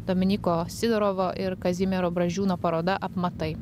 dominyko sidorovo ir kazimiero brazdžiūno paroda apmatai